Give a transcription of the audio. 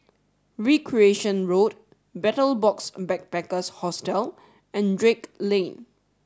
Recreation Road Betel Box Backpackers Hostel and Drake Lane